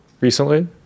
recently